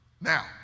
Now